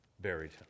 Buried